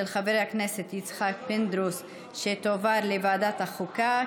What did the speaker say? של חבר הכנסת יצחק פינדרוס, תועבר לוועדת החוקה.